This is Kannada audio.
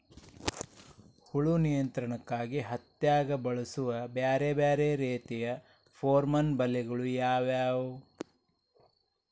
ಹುಳು ನಿಯಂತ್ರಣಕ್ಕಾಗಿ ಹತ್ತ್ಯಾಗ್ ಬಳಸುವ ಬ್ಯಾರೆ ಬ್ಯಾರೆ ರೇತಿಯ ಪೋರ್ಮನ್ ಬಲೆಗಳು ಯಾವ್ಯಾವ್?